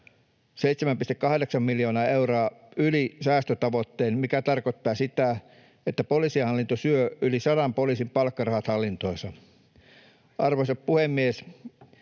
7,8 miljoonaa euroa yli säästötavoitteen, mikä tarkoittaa sitä, että poliisihallinto syö yli 100 poliisin palkkarahat hallintoonsa. Arvoisa puhemies!